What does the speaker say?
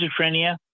schizophrenia